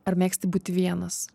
ar mėgsti būti vienas